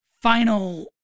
final